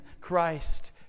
Christ